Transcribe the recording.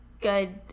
good